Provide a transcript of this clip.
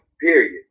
period